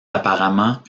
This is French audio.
apparemment